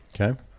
Okay